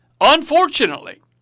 Unfortunately